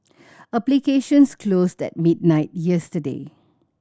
applications closed at midnight yesterday